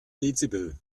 dezibel